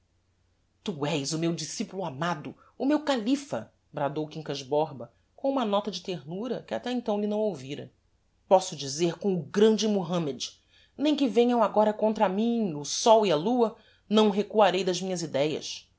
tu és o meu discipulo amado o meu califa bradou o quincas borba com uma nota de ternura que até então lhe não ouvira posso dizer como o grande muhammed nem que venham agora contra mim o sol e a lua não recuarei das minhas idéas